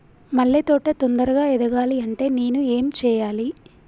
మల్లె తోట తొందరగా ఎదగాలి అంటే నేను ఏం చేయాలి?